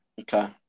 Okay